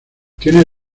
tiene